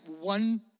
one